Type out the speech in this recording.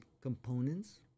components